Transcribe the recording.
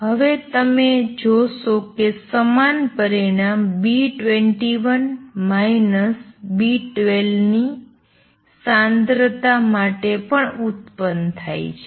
હવે તમે જોશો કે સમાન પરિણામ B21 B12 ની સાંદ્રતા માટે પણ ઉત્પન્ન થાય છે